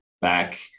back